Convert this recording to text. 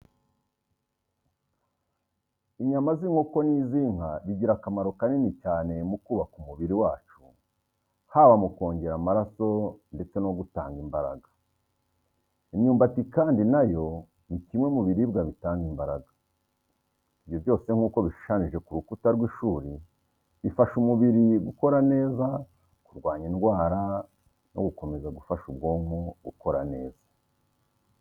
Inyama z’inkoko n’iz’inka bigira akamaro kanini cyane mu kubaka umubiri wacu, haba mu kongera amaraso ndetse no gutanga imbaraga. Imyumbati kandi na yo ni kimwe mu biribwa bitanga imbaraga. Ibyo byose nk'uko bishushanyije ku rukuta rw'ishuri bifasha umubiri gukora neza, kurwanya indwara no gukomeza gufasha ubwonko gukora neza.